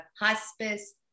hospice